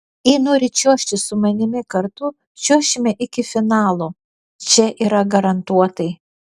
jei nori čiuožti su manimi kartu čiuošime iki finalo čia yra garantuotai